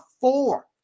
four